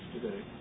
today